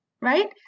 right